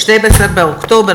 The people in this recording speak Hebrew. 12 באוקטובר